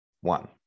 one